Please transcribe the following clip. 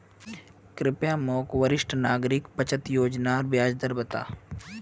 कृप्या मोक वरिष्ठ नागरिक बचत योज्नार ब्याज दर बता